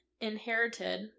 inherited